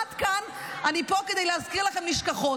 עד כאן, אני פה כדי להזכיר לכם נשכחות.